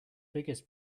biggest